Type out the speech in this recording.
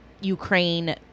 Ukraine